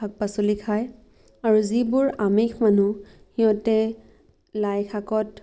শাক পাচলি খায় আৰু যিবোৰ আমিষ মানুহ সিহঁতে লাই শাকত